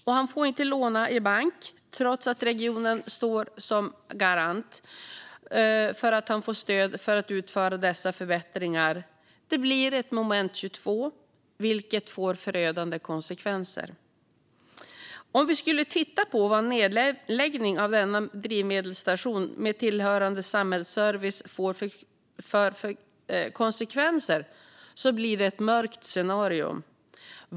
Han får heller inte låna pengar i någon bank, trots att regionen står som garant att ge stöd för att utföra dessa förbättringar. Det blir ett moment 22, vilket får förödande konsekvenser. Tittar vi på vad en nedläggning av denna drivmedelsstation med tillhörande samhällsservice får för konsekvenser ser vi ett mörkt scenario.